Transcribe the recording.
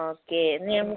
okay നി